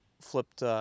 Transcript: flipped